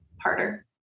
harder